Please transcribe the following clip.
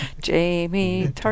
Jamie